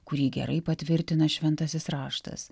kurį gerai patvirtina šventasis raštas